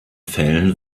fällen